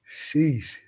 Sheesh